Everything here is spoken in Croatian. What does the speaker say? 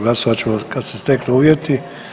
Glasovat ćemo kad se steknu uvjeti.